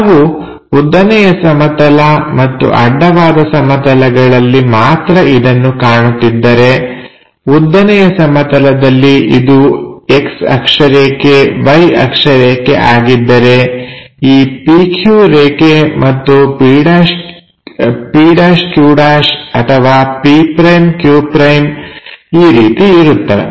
ನಾವು ಉದ್ದನೆಯ ಸಮತಲ ಮತ್ತು ಅಡ್ಡವಾದ ಸಮತಲಗಳಲ್ಲಿ ಮಾತ್ರ ಇದನ್ನು ಕಾಣುತ್ತಿದ್ದರೆ ಉದ್ದನೆಯ ಸಮತಲದಲ್ಲಿ ಇದು X ಅಕ್ಷರೇಖೆ Y ಅಕ್ಷ ರೇಖೆ ಆಗಿದ್ದರೆ ಈ pq ರೇಖೆ ಮತ್ತು p'q' ಈ ರೀತಿ ಇರುತ್ತವೆ